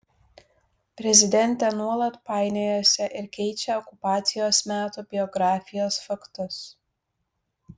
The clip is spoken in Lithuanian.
prezidentė nuolat painiojasi ir keičia okupacijos metų biografijos faktus